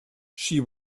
she